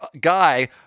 guy